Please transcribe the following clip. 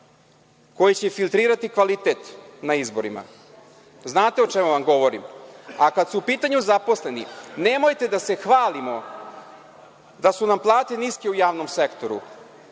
koji će filtrirati kvalitet na izborima. Znate o čemu vam govorim, a kada su u pitanju zaposleni, nemojte da se hvalimo da su nam plate niske u javnom sektoru.